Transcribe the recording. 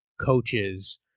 coaches